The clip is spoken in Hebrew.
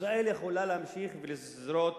ישראל יכולה להמשיך ולזרות